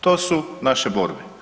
Tu su naše borbe.